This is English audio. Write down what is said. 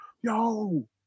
Yo